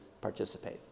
participate